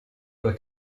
due